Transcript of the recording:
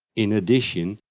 in addition,